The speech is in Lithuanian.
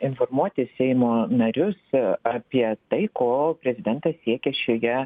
informuoti seimo narius apie tai ko prezidentas siekia šioje